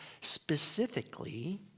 specifically